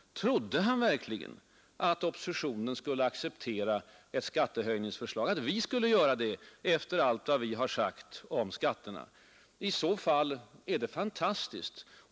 Trodde han verkligen att oppositionen skulle acceptera ett skattehöjningsförslag, att vi skulle göra det efter allt vad vi moderata har sagt om skatterna? I så fall är det fantastiskt.